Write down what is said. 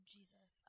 Jesus